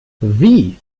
wie